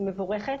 היא מבורכת,